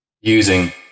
using